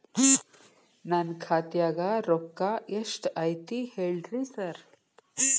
ನನ್ ಖಾತ್ಯಾಗ ರೊಕ್ಕಾ ಎಷ್ಟ್ ಐತಿ ಹೇಳ್ರಿ ಸಾರ್?